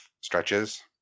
stretches